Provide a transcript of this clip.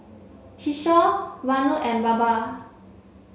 Kishore Vanu and Baba